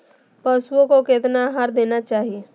पशुओं को कितना आहार देना चाहि?